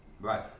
right